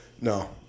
No